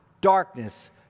darkness